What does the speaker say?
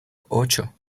ocho